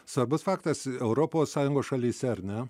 svarbus faktas europos sąjungos šalyse ar ne